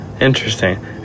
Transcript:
interesting